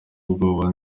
ubwoba